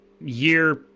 year